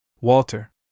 Walter